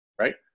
right